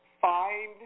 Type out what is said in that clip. find